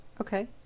Okay